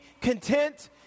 content